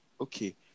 Okay